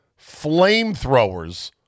flamethrowers